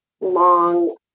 long